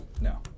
No